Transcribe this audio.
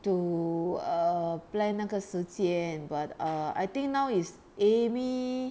to err plan 那个时间 but err I think now is amy